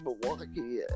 Milwaukee